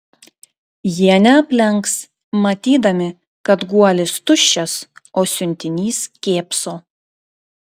jie neaplenks matydami kad guolis tuščias o siuntinys kėpso